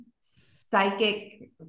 psychic